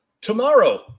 tomorrow